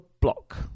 block